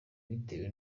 bitewe